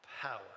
power